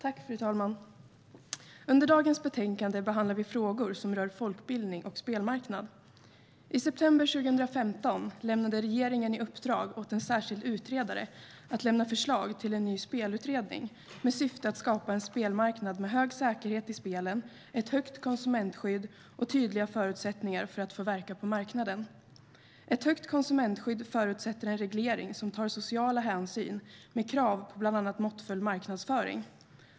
Fru talman! I detta betänkande behandlar vi frågor som rör folkbildning och spelmarknad. I september 2015 lämnade regeringen i uppdrag åt en särskild utredare att lämna förslag till en ny spelutredning med syfte att skapa en spelmarknad med hög säkerhet i spelen, ett högt konsumentskydd och tydliga förutsättningar för att få verka på marknaden. Ett högt konsumentskydd förutsätter en reglering som tar sociala hänsyn med krav på bland annat måttfull marknadsföring.